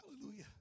Hallelujah